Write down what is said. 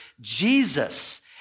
Jesus